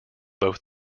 both